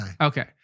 Okay